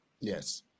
Yes